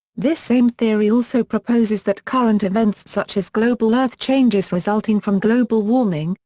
this same theory also proposes that current events such as global earth changes resulting from global warming,